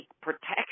protection